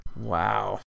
Wow